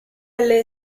alle